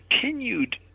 continued